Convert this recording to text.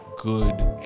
Good